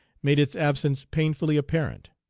made its absence painfully apparent.